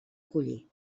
collir